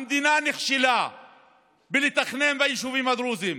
המדינה נכשלה בתכנון ביישובים הדרוזיים.